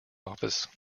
office